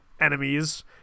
enemies